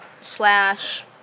slash